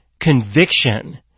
conviction